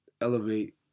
elevate